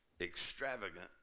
Extravagant